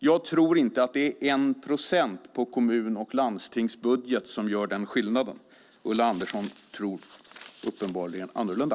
Jag tror inte att det är 1 procent på kommun och landstingsbudget som gör den skillnaden. Ulla Andersson tror uppenbarligen annorlunda.